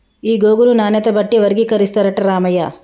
ఈ గోగును నాణ్యత బట్టి వర్గీకరిస్తారట రామయ్య